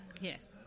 yes